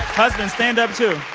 husband, stand up, too. aww